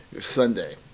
Sunday